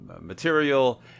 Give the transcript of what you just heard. material